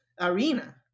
arena